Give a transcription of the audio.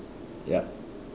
yup